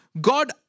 God